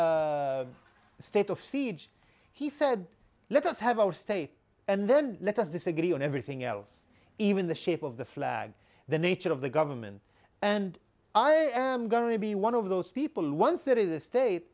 a state of siege he said let us have our state and then let us disagree on everything else even the shape of the flag the nature of the government and i am going to be one of those people once that is the state